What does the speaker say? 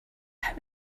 how